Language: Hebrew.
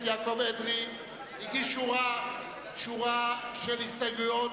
חבר הכנסת יעקב אדרי הגיש שורה של הסתייגויות